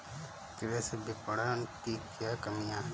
कृषि विपणन की क्या कमियाँ हैं?